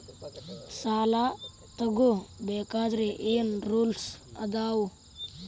ಸಾಲ ತಗೋ ಬೇಕಾದ್ರೆ ಏನ್ ರೂಲ್ಸ್ ಅದಾವ?